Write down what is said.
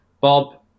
Bob